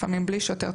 לפעמים בלי שוטר,